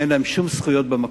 אין להם שום זכויות במקום.